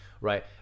right